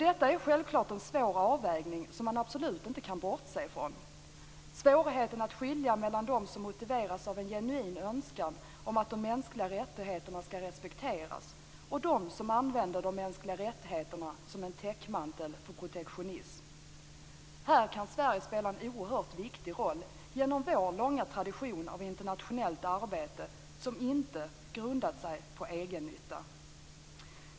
Detta är självklart en svår avvägning, som man absolut inte kan bortse från. Det är svårigheten att skilja mellan dem som motiveras av en genuin önskan att de mänskliga rättigheterna respekteras och dem som använder de mänskliga rättigheterna som en täckmantel för protektionism. Här kan Sverige spela en oerhört viktig roll genom vår långa tradition av internationellt arbete som inte har grundat sig på egennytta.